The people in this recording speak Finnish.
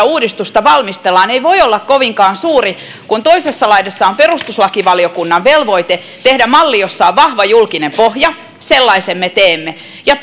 uudistusta valmistellaan ei voi olla kovinkaan suuri kun toisessa laidassa on perustuslakivaliokunnan velvoite tehdä malli jossa on vahva julkinen pohja sellaisen me teemme ja